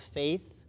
faith